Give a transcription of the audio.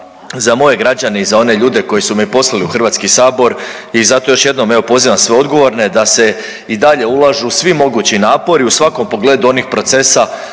za moje građane i za one ljude koji su me poslali u Hrvatski sabor. I zato još jednom evo pozivam sve odgovorne da se i dalje ulažu svi mogući napori u svakom pogledu onih procesa